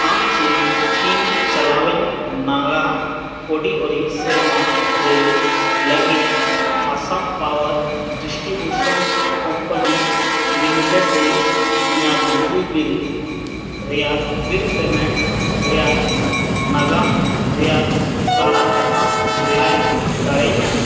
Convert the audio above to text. ᱟᱢ ᱪᱮᱫ ᱤᱧ ᱪᱟᱞᱟᱣᱮᱱ ᱢᱟᱜᱟ ᱠᱚᱰᱤ ᱟᱹᱨᱤ ᱥᱮᱨᱢᱟ ᱨᱮ ᱞᱟᱹᱜᱤᱫ Assam power distribution company limited ᱨᱮ ᱤᱧᱟᱹᱜ ᱵᱤᱡᱽᱞᱤ ᱵᱤᱞ ᱨᱮᱭᱟᱜ ᱵᱤᱞ ᱯᱮᱢᱮᱱᱴ ᱨᱮᱭᱟᱜ ᱱᱟᱜᱟᱢ ᱨᱮᱭᱟᱜ ᱥᱟᱨᱟ ᱠᱟᱛᱷᱟᱢ ᱞᱟᱹᱭ ᱫᱟᱲᱮᱭᱤᱧᱟ